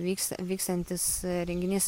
vyks vyksiantis renginys